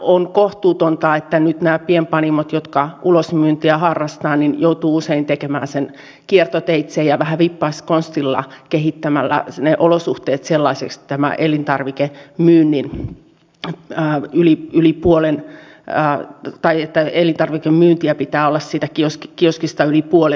on kohtuutonta että nyt nämä pienpanimot jotka ulosmyyntiä harrastavat joutuvat usein tekemään sen kiertoteitse ja vähän vippaskonstilla kehittämällä olosuhteet sellaisista maa elintarvikkeet myynnin tuki ja yli yli sellaisiksi että elintarvikemyyntiä pitää olla siitä kioskista yli puolet